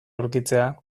aurkitzea